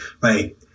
right